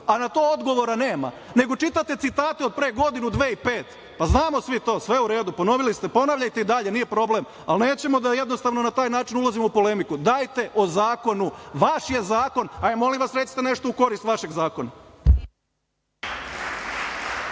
a na to odgovora nema, nego čitate citate od pre godinu, dve i pet. Pa znamo svi to, sve je u redu. Ponovili ste. Ponavljajte i dalje, nije problem, ali nećemo da jednostavno na taj način ulazimo u polemiku. Dajte o zakonu. Vaš je zakon. Hajde, molim vas, recite nešto u korist vašeg zakona.